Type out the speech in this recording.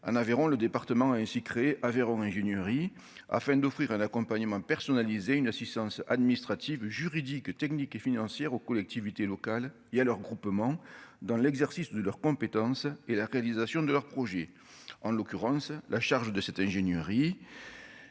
en Aveyron Le département ainsi créé à Véro ingénierie afin d'offrir un accompagnement personnalisé, une assistance administrative, juridique, technique et financières aux collectivités locales et à leurs groupements dans l'exercice de leurs compétences et la réalisation de leur projet, en l'occurrence la charge de cet ingénieur,